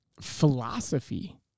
philosophy